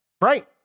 Right